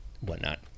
whatnot